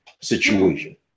situation